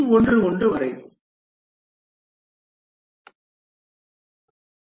1 0